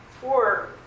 four